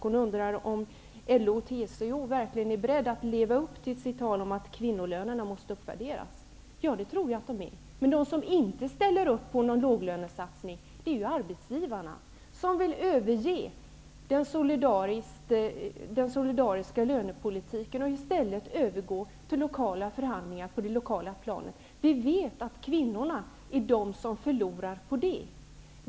Hon undrar om LO och TCO verkligen är beredda att leva upp till sina tal om att kvinnolönerna måste uppvärderas. Det tror jag att de är. Men de som inte ställer upp på någon låglönesatsning är arbetsgivarna, som vill överge den solidariska lönepolitiken och i stället övergå till lokala förhandlingar på det lokala planet. Vi vet att det är kvinnorna som förlorar på detta.